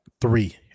three